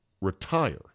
retire